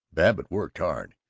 babbitt worked hard.